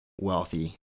wealthy